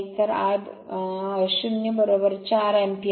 तर I 0 4 ampere